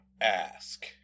ask